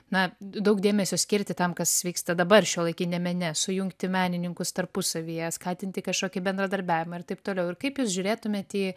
na daug dėmesio skirti tam kas vyksta dabar šiuolaikiniam mene sujungti menininkus tarpusavyje skatinti kažkokį bendradarbiavimą ir taip toliau ir kaip jūs žiūrėtumėt į